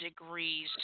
degrees